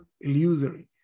illusory